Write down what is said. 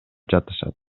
жатышат